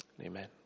Amen